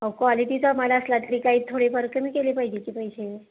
अहो क्वालिटीचा माल असला तरी काही थोडेफार कमी केले पाहिजेत की पैसे